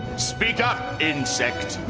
speak up, insect.